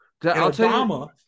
Obama